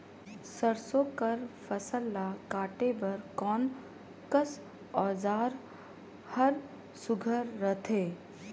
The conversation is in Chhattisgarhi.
सरसो कर फसल ला काटे बर कोन कस औजार हर सुघ्घर रथे?